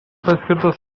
paskirtas